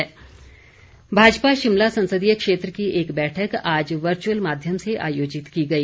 भाजपा बैठक भाजपा शिमला संसदीय क्षेत्र की एक बैठक आज वर्चअल माध्यम से आयोजित की गई